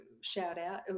shout-out